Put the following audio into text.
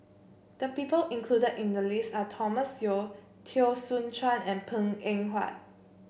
the people included in the list are Thomas Yeo Teo Soon Chuan and Png Eng Huat